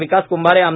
विकास Kumbhare आ